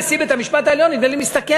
נשיא בית המשפט העליון נדמה לי משתכר